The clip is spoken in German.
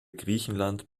griechenland